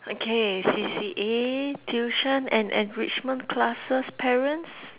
okay C_C_A tuition and enrichment classes parents